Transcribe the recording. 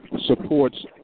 supports